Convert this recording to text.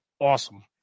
Awesome